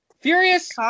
furious